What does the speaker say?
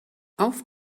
auf